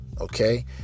Okay